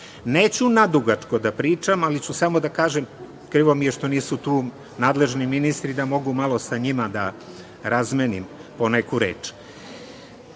nadugačko da pričam, ali ću samo da kažem da mi je krivo što nisu tu nadležni ministri, da mogu malo sa njima da razmenim po neku